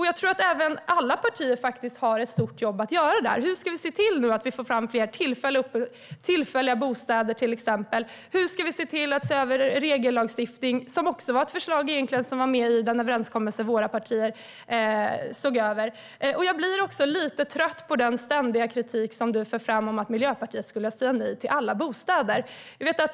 Jag tror att alla partier har ett stort jobb att göra där. Hur ska vi få fram fler tillfälliga bostäder till exempel? Hur ska vi se över regellagstiftningen? Det var också ett förslag som fanns med i den överenskommelse som våra partier såg över. Jag blir lite trött på den ständiga kritik som du för fram om att Miljöpartiet skulle säga nej till alla bostäder.